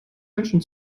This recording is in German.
menschen